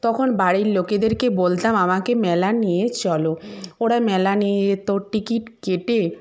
তখন বাড়ির লোকেদেরকে বলতাম আমাকে মেলা নিয়ে চলো ওরা মেলা নিয়ে যেত টিকিট কেটে